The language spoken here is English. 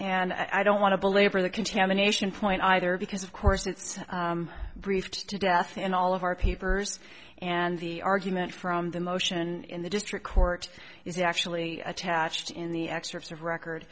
and i don't want to belabor the contamination point either because of course it's briefed to death in all of our papers and the argument from the motion in the district court is actually attached in the excerpts of record